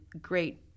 great